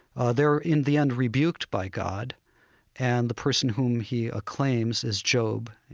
ah they're in the end rebuked by god and the person whom he acclaims is job,